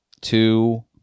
two